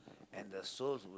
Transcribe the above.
and the souls would